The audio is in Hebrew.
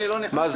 מיליארד.